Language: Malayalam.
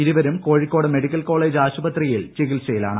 ഇരുവരും കോഴിക്കോട് മെഡിക്കൽ കോളേജ് ആശുപത്രിയിൽ ചികിൽസയിലാണ്